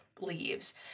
leaves